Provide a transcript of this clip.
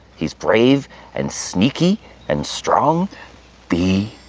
he's brave and sneaky and strong. be